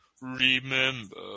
remember